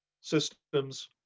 systems